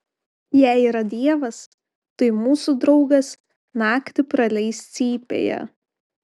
jei yra dievas tai mūsų draugas naktį praleis cypėje